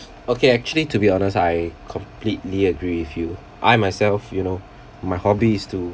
okay actually to be honest I completely agree with you I myself you know my hobbies to